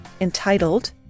entitled